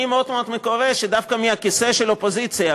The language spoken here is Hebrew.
אני מאוד מאוד מקווה שדווקא מהכיסא של האופוזיציה,